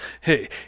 hey